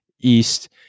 East